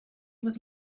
was